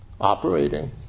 operating